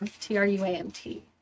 T-R-U-A-M-T